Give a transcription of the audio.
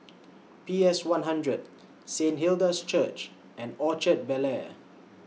P S one hundred Saint Hilda's Church and Orchard Bel Air